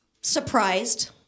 surprised